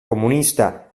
comunista